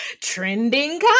trending